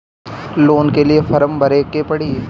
Loan के लिए form भरे के पड़ी?